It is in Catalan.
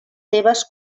seves